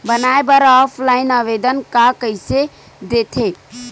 बनाये बर ऑफलाइन आवेदन का कइसे दे थे?